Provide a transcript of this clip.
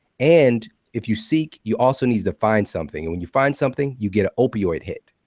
and if you seek, you also need to find something. when you find something, you get an opioid hit,